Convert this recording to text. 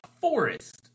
forest